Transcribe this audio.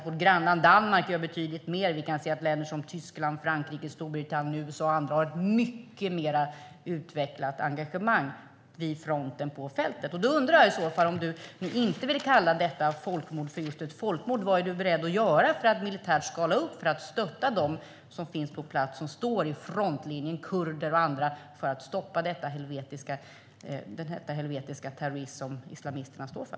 Vårt grannland Danmark gör betydligt mer, och Tyskland, Frankrike, Storbritannien, USA och andra har ett mycket mer utvecklat engagemang vid fronten på fältet. Om du inte vill kalla detta för ett folkmord, Anders Österberg, vad är du beredd att göra för att militärt skala upp och stötta dem som finns på plats och står i frontlinjen, kurder och andra, för att stoppa den helvetiska terrorism som islamisterna står för?